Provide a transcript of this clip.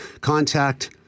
Contact